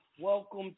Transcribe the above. Welcome